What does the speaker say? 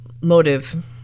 motive